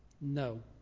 No